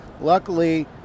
Luckily